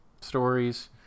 stories